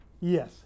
Yes